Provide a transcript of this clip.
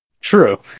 True